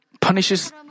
punishes